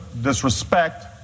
disrespect